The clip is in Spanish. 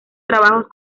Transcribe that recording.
trabajos